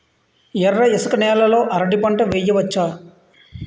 ఎర్ర ఇసుక నేల లో అరటి పంట వెయ్యచ్చా?